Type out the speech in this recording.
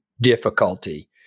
difficulty